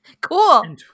Cool